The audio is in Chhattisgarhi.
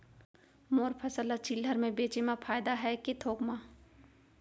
मोर फसल ल चिल्हर में बेचे म फायदा है के थोक म?